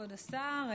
כבוד השר,